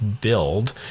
build